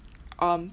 um